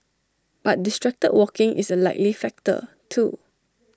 but distracted walking is A likely factor too